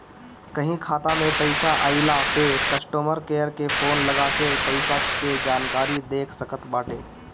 कहीं खाता में पईसा आइला पअ कस्टमर केयर के फोन लगा के पईसा के जानकारी देख सकत बाटअ